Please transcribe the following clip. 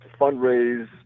fundraise